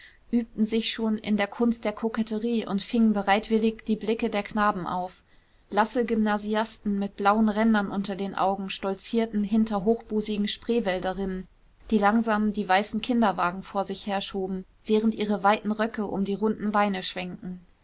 übten sich schon in der kunst der koketterie und fingen bereitwillig die blicke der knaben auf blasse gymnasiasten mit blauen rändern unter den augen stolzierten hinter hochbusigen spreewälderinnen die langsam die weißen kinderwagen vor sich herschoben während ihre weiten röcke um die runden beine schwenkten